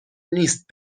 نیست